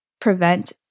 prevent